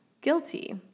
guilty